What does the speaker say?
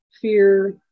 fear